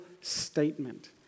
statement